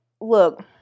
Look